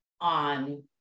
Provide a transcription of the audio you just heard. on